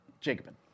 Jacobin